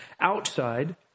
outside